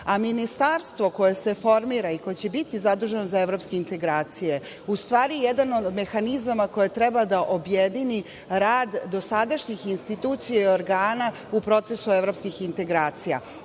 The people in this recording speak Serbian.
pitanju. Ministarstvo koje se formira i koje će biti zaduženo za evropske integracije, u stvari je jedan od mehanizama koje treba da objedini rad dosadašnjih institucija i organa u procesu evropskih integracija.